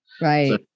Right